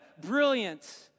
brilliant